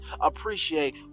appreciate